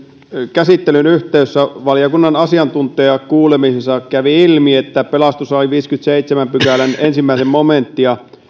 käsittelyn yhteydessä valiokunnan asiantuntijakuulemisessa kävi ilmi että pelastuslain viidennenkymmenennenseitsemännen pykälän ensimmäinen momenttia